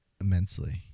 immensely